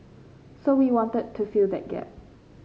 so we wanted to fill that gap